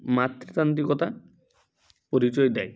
মাতৃতান্ত্রিকতার পরিচয় দেয়